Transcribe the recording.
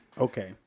Okay